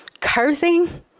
cursing